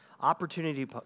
Opportunity